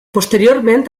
posteriorment